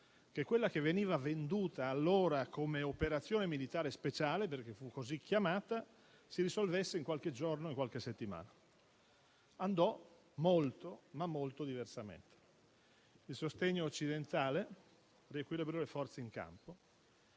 che quella che veniva venduta allora come operazione militare speciale, perché fu così chiamata, si sarebbe risolta in qualche giorno, in qualche settimana. Andò molto, ma molto diversamente. Il sostegno occidentale riequilibrò le forze in campo.